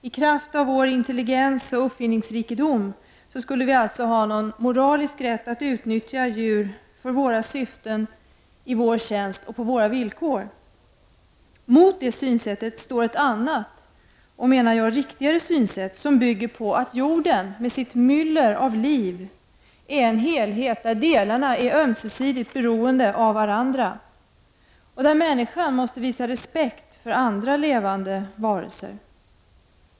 I kraft av vår intelligens och uppfinningsrikedom skulle vi alltså ha moralisk rätt att utnyttja djur för våra syften, i vår tjänst och på våra villkor. Mot detta synsätt står ett annat, och riktigare menar jag, som bygger på att jorden med sitt myller av liv är en helhet där delarna är ömsesidigt beroende av varandra och där människan måste visa respekt för andra levande varelser.